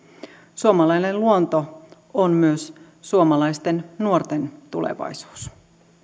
suomalainen luonto on myös suomalaisten nuorten tulevaisuus